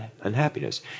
unhappiness